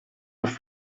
off